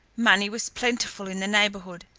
money was plentiful in the neighbourhood,